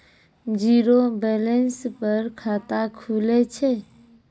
Zero balance पर खाता खुले छै?